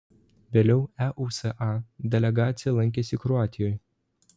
vėliau eusa delegacija lankėsi kroatijoje